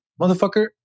motherfucker